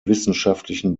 wissenschaftlichen